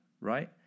right